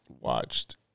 watched